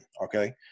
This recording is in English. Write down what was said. okay